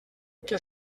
que